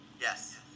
Yes